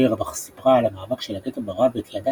אוירבך סיפרה על המאבק של הגטו ברעב ותיעדה